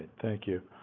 thank you.